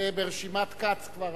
זה ברשימת כץ כבר